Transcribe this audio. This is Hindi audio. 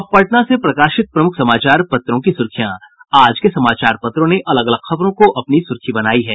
अब पटना से प्रकाशित प्रमुख समाचार पत्रों की सुर्खियां आज के समाचार पत्रों ने अलग अलग खबरों की अपनी सुर्खी बनायी है